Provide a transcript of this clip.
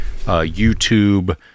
YouTube